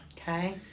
Okay